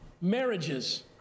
marriages